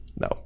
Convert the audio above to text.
no